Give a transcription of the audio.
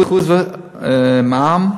מע"מ,